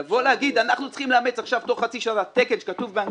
לבוא ולהגיד שאנחנו צריכים לאמץ תוך חצי שנה תקן אירופי